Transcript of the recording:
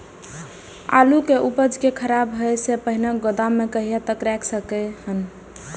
आलु के उपज के खराब होय से पहिले गोदाम में कहिया तक रख सकलिये हन?